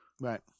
Right